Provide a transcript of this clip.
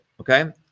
okay